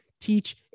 teach